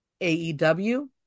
AEW